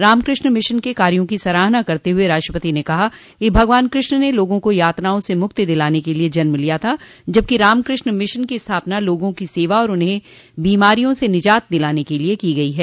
Ramakrishna Mission के कार्यो की सराहना करते हुए राष्ट्रपति ने कहा कि भगवान श्रीकृष्ण ने लोगों को यातनाओं से मुक्ति दिलाने के लिये जन्म लिया था जबकि रामकृष्ण मिशन की स्थापना लोगों की सेवा और उन्हें बीमारियों से निजात दिलाने के लिये की गई है